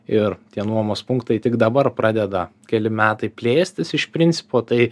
ir tie nuomos punktai tik dabar pradeda keli metai plėstis iš principo tai